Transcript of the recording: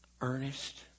earnest